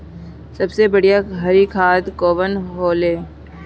सबसे बढ़िया हरी खाद कवन होले?